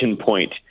point